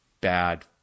bad